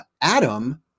Adam